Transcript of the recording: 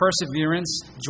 perseverance